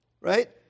right